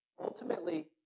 ultimately